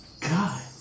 God